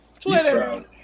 Twitter